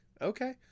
okay